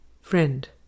Friend